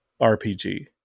RPG